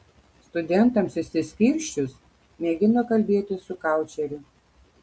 studentams išsiskirsčius mėgino kalbėtis su koučeriu